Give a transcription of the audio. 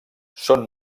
són